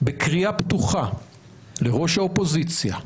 בקריאה פתוחה לראש האופוזיציה.